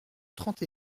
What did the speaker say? trente